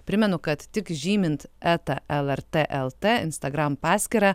primenu kad tik žymint eta lrt lt instagram paskyrą